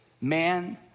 man